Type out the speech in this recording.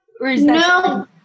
No